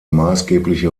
maßgebliche